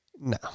No